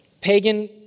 pagan